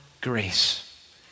grace